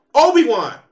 Obi-Wan